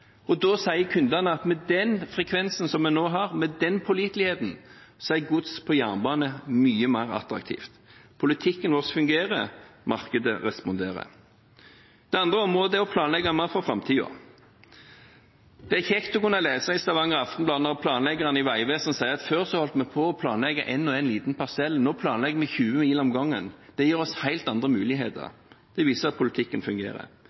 Da sier kundene at med frekvensen vi nå har, med den påliteligheten, er gods på jernbane mye mer attraktivt. Politikken vår fungerer, markedet responderer. Det andre området er å planlegge mer for framtiden. Det er kjekt å kunne lese i Stavanger Aftenblad at planleggerne i Vegvesenet sier: Før holdt vi på å planlegge én og én liten parsell, nå planlegger vi 20 mil om gangen. Det gir oss helt andre muligheter. Det viser at politikken fungerer.